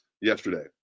yesterday